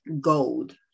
gold